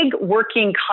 working